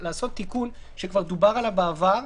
לעשות תיקון שכבר דובר עליו בעבר,